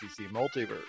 Multiverse